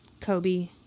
Kobe